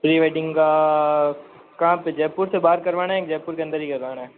pre wedding का कहाँ पर जयपुर से बाहर से करवाना है कि जयपुर के अन्दर ही करवाना है